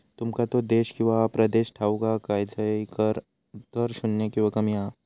तुमका तो देश किंवा प्रदेश ठाऊक हा काय झय कर दर शून्य किंवा कमी हा?